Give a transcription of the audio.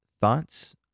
thoughts